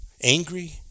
angry